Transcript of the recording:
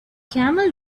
camel